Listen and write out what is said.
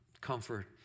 comfort